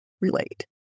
relate